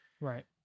Right